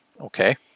Okay